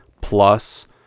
plus